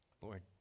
Lord